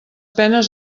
penes